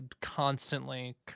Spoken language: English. constantly